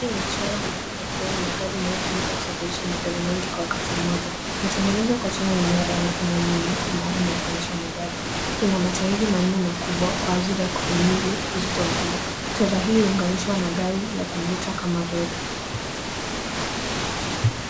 Hii ni trela maalum ya kubeba magari inayotumika kusafirisha magari mengi kwa wakati mmoja. Imetengenezwa kwa chuma imara na ina miinuko maalum ya kupandisha magari. Ina matairi manne makubwa kwa ajili ya kuhimili uzito mkubwa. Trela hii huunganishwa na gari la kuvuta kama lori.